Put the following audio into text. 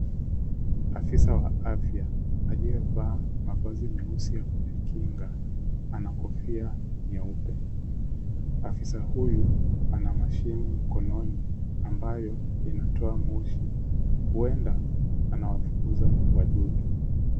Afisa wa afya aliyevaa mavazi meusi ya kujikinga ana kofia nyeupe. Afisa huyu ana mashini mkononi ambayo inatoa moshi. Huenda anawafukuza wadudu.